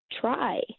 try